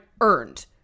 earned